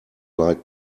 like